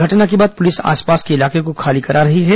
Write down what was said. घटना के बाद पलिस आसपास के इलाके को खाली करा रही है